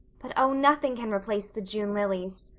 but oh, nothing can replace the june lilies.